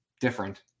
different